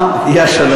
אה, הגיע השלום.